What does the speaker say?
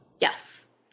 Yes